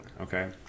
okay